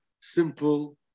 simple